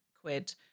quid